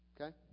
Okay